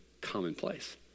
commonplace